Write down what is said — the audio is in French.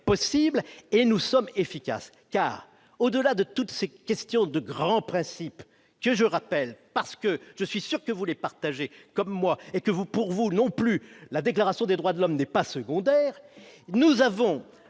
d'aller, et nous sommes efficaces. En effet, au-delà de toutes les questions de grands principes, que je rappelle, car je suis sûr que vous les approuvez, comme moi, et que, pour vous non plus, la Déclaration des droits de l'homme et du citoyen n'est pas secondaire, nous avons